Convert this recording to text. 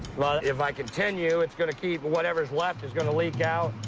well, if i continue, it's gonna keep whatever's left is gonna leak out,